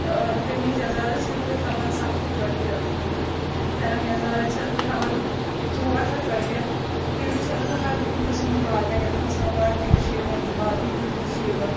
کٔمیٖز یَزارَس چھَس بہٕ ہیٚوان سَتھ ہَتھ روٚپیہِ پھیٚرَن یَزارَس چھس بہٕ ہیٚوان ژور ہَتھ روٚپیہِ تِلہٕ چھس بہٕ ہَر کُنہِ قٕسمٕکۍ لاگان یَتھ منٛز سَموار تِلہٕ چھِ یِوان تہٕ باقٕے تِلہٕ تہِ چھِ یِوان